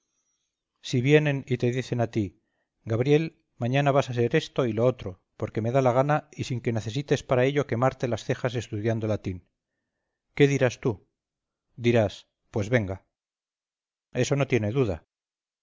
si vienen y te dicen a ti gabriel mañana vas a ser esto y lo otro porque me da la gana y sin que necesites para ello quemarte las cejas estudiando latín qué dirás tú dirás pues venga eso no tiene duda